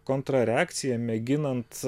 kontrareakciją mėginant